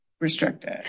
restricted